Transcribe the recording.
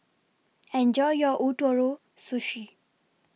Enjoy your Ootoro Sushi